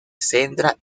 centra